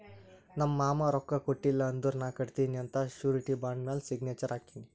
ನಮ್ ಮಾಮಾ ರೊಕ್ಕಾ ಕೊಟ್ಟಿಲ್ಲ ಅಂದುರ್ ನಾ ಕಟ್ಟತ್ತಿನಿ ಅಂತ್ ಶುರಿಟಿ ಬಾಂಡ್ ಮ್ಯಾಲ ಸಿಗ್ನೇಚರ್ ಹಾಕಿನಿ